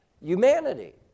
humanity